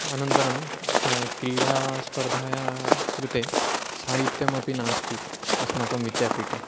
अनन्तरं क्रीडास्पर्धाया कृते साहित्यमपि नास्ति अस्माकं विद्यापीठे